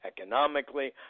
economically